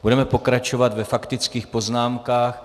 Budeme pokračovat ve faktických poznámkách.